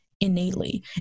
innately